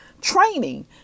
training